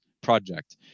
project